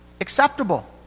acceptable